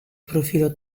profilo